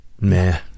meh